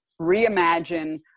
reimagine